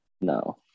No